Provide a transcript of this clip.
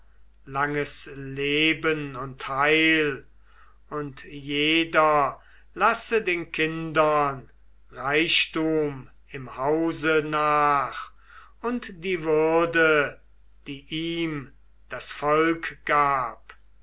langes leben und heil und jeder lasse den kindern reichtum im hause nach und die würde die ihm das volk gab